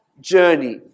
journey